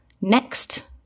Next